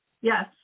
Yes